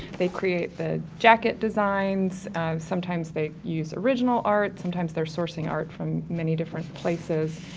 they create the jacket designs, um, sometimes they use original art, sometimes they're sourcing art from many different places.